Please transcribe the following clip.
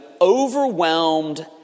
overwhelmed